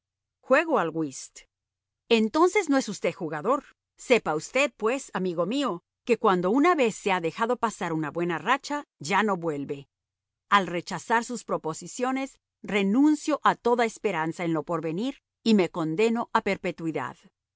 juego al whist entonces no es usted jugador sepa usted pues amigo mío que cuando una vez se ha dejado pasar una buena racha ya no vuelve al rechazar sus proposiciones renuncio a toda esperanza en lo porvenir y me condeno a perpetuidad